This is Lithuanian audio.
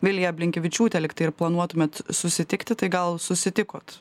vilija blinkevičiūte lygtai ir planuotumėt susitikti tai gal susitikot